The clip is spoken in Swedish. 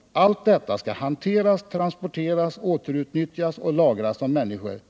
Allt detta skall hanteras, transporteras, återutnyttjas och lagras av människor.